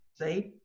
See